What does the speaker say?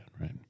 right